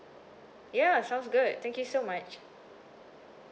ya sounds good thank you so much